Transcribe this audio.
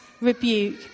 rebuke